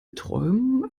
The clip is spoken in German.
träumen